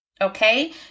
okay